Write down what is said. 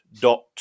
dot